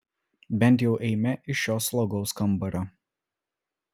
bent jau eime iš šio slogaus kambario